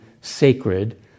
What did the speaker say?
sacred